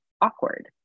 awkward